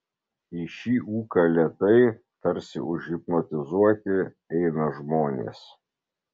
į šį ūką lėtai tarsi užhipnotizuoti eina žmonės